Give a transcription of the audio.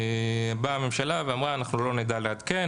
באה הממשלה ואמרה אנחנו לא נדע לעדכן,